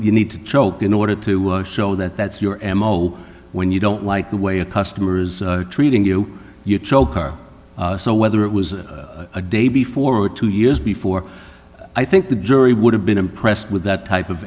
you need to choke in order to show that that's your m o when you don't like the way a customer is treating you you choke are so whether it was a day before or two years before i think the jury would have been impressed with that type of